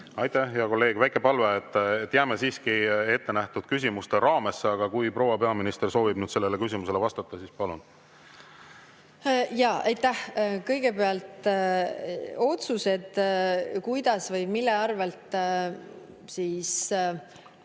Aitäh, hea kolleeg! Väike palve, et jääme siiski ettenähtud küsimuste raamesse, aga kui proua peaminister soovib sellele küsimusele vastata, siis palun! Jaa, aitäh! Kõigepealt, otsused, kuidas või mille arvel